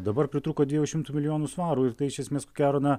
dabar pritrūko dviejų šimtų milijonų svarų ir tai iš esmės ko gero na